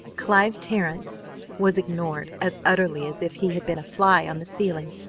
clive terrence was ignored as utterly as if he had been a fly on the ceiling,